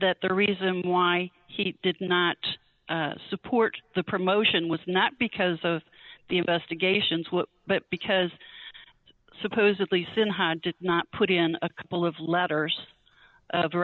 that the reason why he did not support the promotion was not because of the investigations but because supposedly cyn had to not put in a couple of letters of